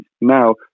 Now